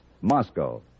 Moscow